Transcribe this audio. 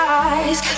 eyes